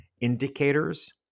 indicators